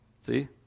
see